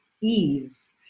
ease